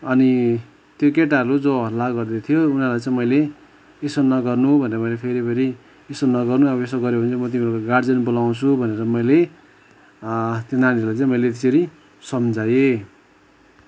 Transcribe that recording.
अनि त्यो केटाहरू जो हल्ला गर्दैथियो उनीहरूलाई चाहिँ मैले यसो नगर्नु भनेर मैले फेरि फेरि यसो नगर्नु अब यसो गऱ्यो भने चाहिँ म तिमीहरूलाई गार्जियन बोलाउँछु भनेर मैले त्यो नानीहरूलाई चाहिँ मैले त्यसरी सम्झाएँ